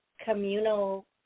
communal